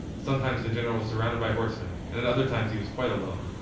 sometimes the general was surrounded by horsemen and at other times he was quite alone.